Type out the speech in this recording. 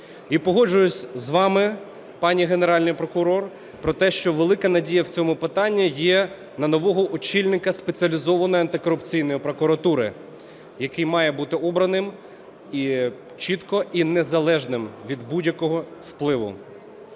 І погоджуюсь з вами, пані Генеральний прокурор, про те, що велика надія в цьому питанні є на нового очільника Спеціалізованої антикорупційної прокуратури, який має бути обраним і чітко і незалежним від будь-якого впливу.